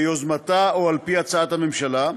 ביוזמתה או על פי הצעת הממשלה,